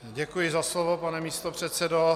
Děkuji za slovo, pane místopředsedo.